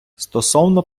стосовно